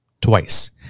Twice